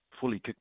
fully